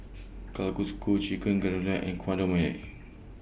Chicken and Guacamole